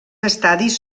estadis